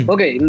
Okay